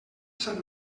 sant